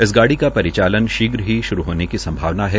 इस गाड़ी का परिचालन शीघ्र ही श्रू होने की संभावना है